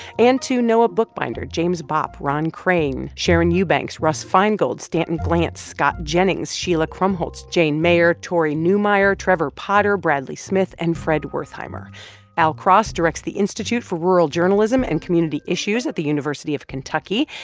and to noah bookbinder, james bopp, ron crane, sharon eubanks, russ feingold, stanton glantz, scott jennings, sheila krumholz, jane mayer, tory newmyer, trevor potter, bradley smith and fred wertheimer al cross directs the institute for rural journalism and community issues at the university of kentucky.